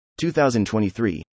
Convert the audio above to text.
2023